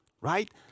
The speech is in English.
right